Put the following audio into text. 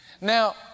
Now